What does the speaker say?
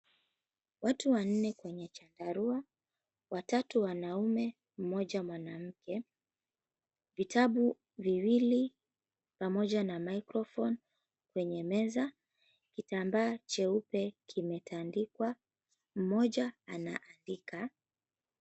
Watu wanne kwenye chandarua, watatu wanaume, mmoja mwanamke. Vitabu viwili pamoja na microphone kwenye meza, kitambaa cheupe kimetandikwa. Mmoja anaandika.